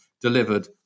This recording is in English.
delivered